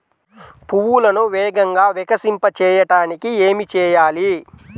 పువ్వులను వేగంగా వికసింపచేయటానికి ఏమి చేయాలి?